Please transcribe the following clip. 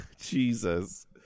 Jesus